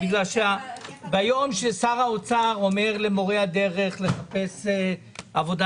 בגלל שביום ששר האוצר אומר למורי הדרך לחפש עבודה